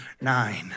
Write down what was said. nine